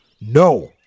No